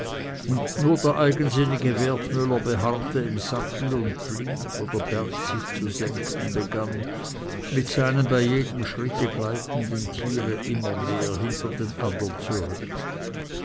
nur der eigensinnige wertmüller beharrte im sattel und blieb wo der berg sich zu senken begann mit seinem bei jedem schritte gleitenden tiere immer mehr hinter den andern zurück